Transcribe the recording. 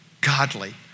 godly